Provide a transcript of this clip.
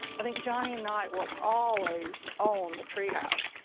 i think johnny knight will always own the treehouse.